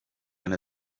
and